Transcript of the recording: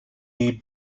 may